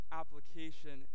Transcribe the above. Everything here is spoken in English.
application